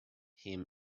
him